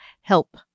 help